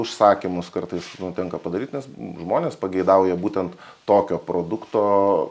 užsakymus kartais tenka padaryt nes žmonės pageidauja būtent tokio produkto